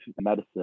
medicine